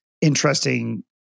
interesting